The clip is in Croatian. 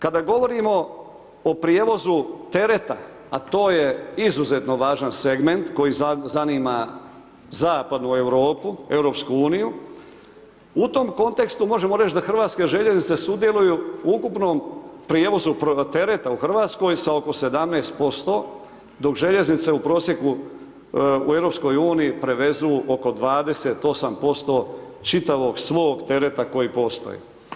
Kada govorimo o prijevozu tereta a to je izuzetno važan segment koji zanima zapadnu Europu, EU, u tom kontekstu možemo reći da HŽ sudjeluju u ukupnom prijevozu tereta u Hrvatskoj sa oko 17% dok željeznice u prosjeku u EU prevezu oko 28% čitavog svog tereta koji postoji.